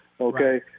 Okay